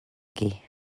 gay